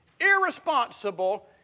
irresponsible